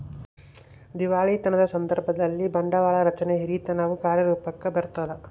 ದಿವಾಳಿತನದ ಸಂದರ್ಭದಲ್ಲಿ, ಬಂಡವಾಳ ರಚನೆಯ ಹಿರಿತನವು ಕಾರ್ಯರೂಪುಕ್ಕ ಬರತದ